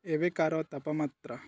ଏବେକାର ତାପମାତ୍ରା